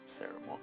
ceremony